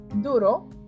duro